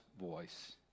voice